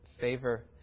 favor